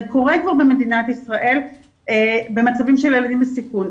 זה קורה כבר במדינת ישראל במצבים של ילדים בסיכון.